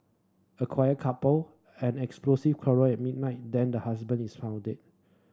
a quiet couple an explosive quarrel at midnight then the husband is found deed